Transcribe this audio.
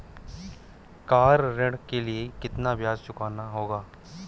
Car ऋण के लिए कितना ब्याज चुकाना होगा?